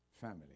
family